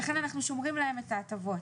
ולכן אנחנו שומרים להם את ההטבות.